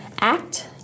act